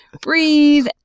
breathe